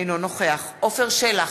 אינו נוכח עפר שלח,